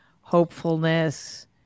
hopefulness